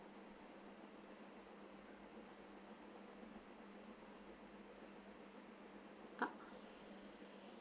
ah